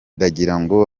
ndagirango